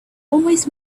always